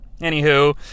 Anywho